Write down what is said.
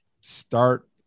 start